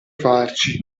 farci